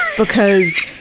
because,